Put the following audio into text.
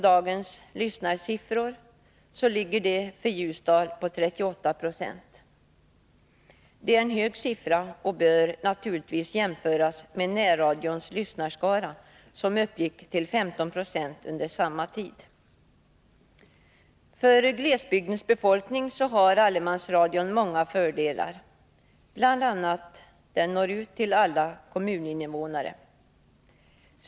Dagens lyssnarsiffror för Ljusdal ligger på 38 20. Det är en hög siffra och bör naturligtvis jämföras med närradions lyssnarskara, som uppgick till 15 9o under samma tid. För glesbygdens befolkning har allemansradion många fördelar, bl.a. att den når ut till alla innevånare.